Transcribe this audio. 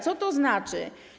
Co to znaczy?